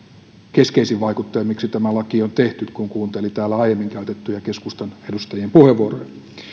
keskeisin vaikuttaja siinä miksi tämä laki on tehty kun kuunteli täällä aiemmin käytettyjä keskustan edustajien puheenvuoroja